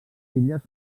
illes